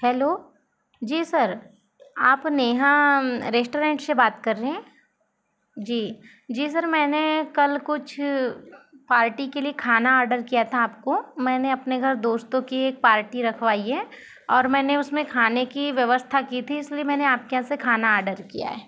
hello जी sir आप Neha restaurant से बात कर रहे हैं जी जी सर मैंने कल कुछ पार्टी के लिए खाना ऑर्डर किया था आपको मैंने अपने घर दोस्तों की एक पार्टी रखवाई है और मैंने उसमें खाने की व्यवस्था की थी इसलिए मैंने आपके यहाँ से खाना ऑर्डर किया है